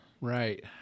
Right